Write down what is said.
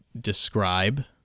describe